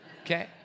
Okay